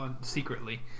secretly